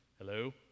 hello